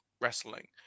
wrestling